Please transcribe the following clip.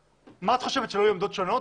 אני חושב שאנחנו מגייסים את העובדים היותר טובים,